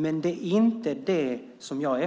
Men nästa steg har